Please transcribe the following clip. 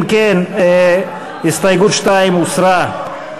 אם כן, הסתייגות 2 הוסרה.